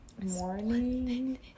morning